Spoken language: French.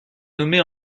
nommée